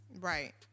Right